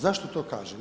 Zašto to kažem?